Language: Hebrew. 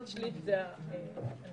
חלק זה השירות,